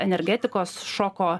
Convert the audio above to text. energetikos šoko